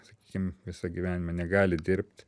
sakykim visą gyvenimą negali dirbt